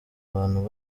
abantu